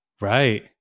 Right